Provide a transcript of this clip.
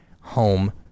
home